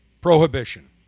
prohibition